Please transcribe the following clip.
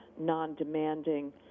non-demanding